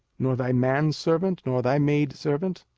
nor thy manservant, nor thy maidservant,